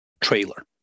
trailer